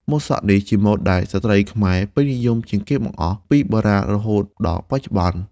ម៉ូតសក់នេះជាម៉ូតដែលស្ត្រីខ្មែរពេញនិយមជាងគេបង្អស់ពីបុរាណរហូតដល់បច្ចុប្បន្ន។